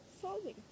solving